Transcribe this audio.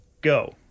go